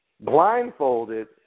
blindfolded